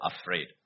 afraid